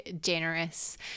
generous